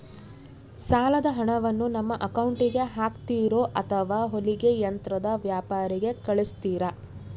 ಸಾಲದ ಹಣವನ್ನು ನಮ್ಮ ಅಕೌಂಟಿಗೆ ಹಾಕ್ತಿರೋ ಅಥವಾ ಹೊಲಿಗೆ ಯಂತ್ರದ ವ್ಯಾಪಾರಿಗೆ ಕಳಿಸ್ತಿರಾ?